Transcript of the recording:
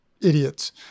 idiots